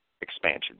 Expansion